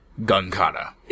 Gunkata